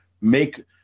make